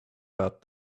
about